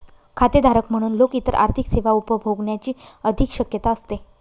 खातेधारक म्हणून लोक इतर आर्थिक सेवा उपभोगण्याची अधिक शक्यता असते